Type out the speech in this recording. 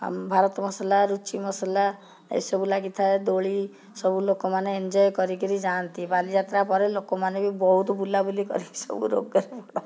ଆମ ଭାରତ ମସଲା ରୁଚି ମସଲା ଏସବୁ ଲାଗିଥାଏ ଦୋଳି ସବୁ ଲୋକମାନେ ଏଞ୍ଜୟେ କରିକିରି ଯାଆନ୍ତି ବାଲିଯାତ୍ରା ପରେ ଲୋକମାନେ ବି ବହୁତ ବୁଲାବୁଲି କରିକି ସବୁ ରୋଗରେ ପଡ଼